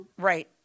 Right